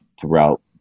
throughout